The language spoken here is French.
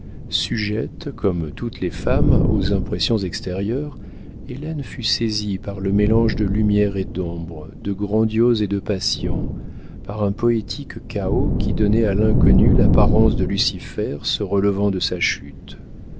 sujette comme toutes les femmes aux impressions extérieures hélène fut saisie par le mélange de lumière et d'ombre de grandiose et de passion par un poétique chaos qui donnait à l'inconnu l'apparence de lucifer se relevant de sa chute